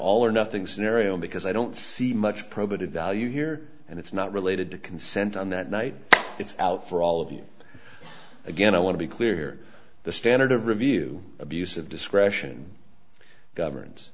all or nothing scenario because i don't see much probative value here and it's not related to consent on that night it's out for all of you again i want to be clear here the standard of review abuse of discretion governs